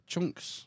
Chunks